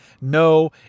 no